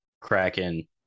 kraken